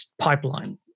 pipeline